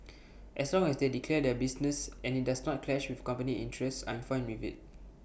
as long as they declare their business and IT does not clash with company interests I'm fine with IT